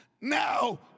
now